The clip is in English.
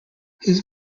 his